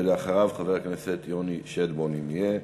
ואחריו חבר הכנסת יוני שטבון, אם יהיה.